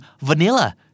vanilla